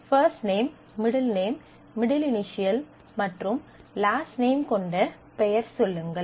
first name middle name middle initial மற்றும் last name கொண்ட பெயர் சொல்லுங்கள்